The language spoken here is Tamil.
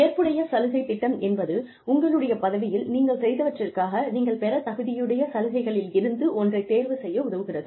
ஏற்புடைய சலுகை திட்டம் என்பது உங்களுடைய பதவியில் நீங்கள் செய்தவற்றிற்காக நீங்கள் பெற தகுதியுடைய சலுகைகளிலிருந்து ஒன்றைத் தேர்வு செய்ய உதவுகிறது